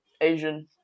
Asian